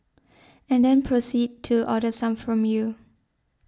and then proceed to order some from you